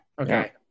okay